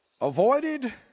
avoided